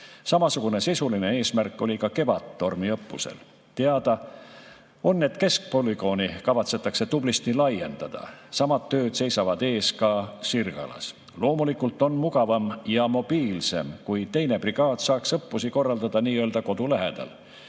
Samasugune sisuline eesmärk oli ka Kevadtormi õppusel. Teada on, et keskpolügooni kavatsetakse tublisti laiendada. Samad tööd seisavad ees ka Sirgalas. Loomulikult on mugavam ja mobiilsem, kui 2. brigaad saaks õppusi korraldada nii-öelda kodu lähedal.